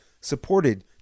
supported